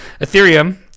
ethereum